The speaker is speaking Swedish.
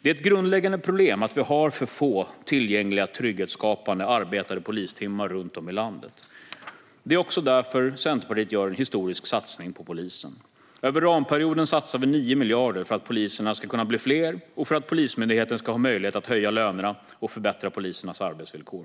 Det är ett grundläggande problem att vi har för få tillgängliga och trygghetsskapande arbetade polistimmar runt om i landet. Därför gör Centerpartiet en historisk satsning på polisen. Under ramperioden satsar vi 9 miljarder för att poliserna ska kunna bli fler och för att Polismyndigheten ska ha möjlighet att höja lönerna och förbättra polisernas arbetsvillkor.